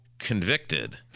Convicted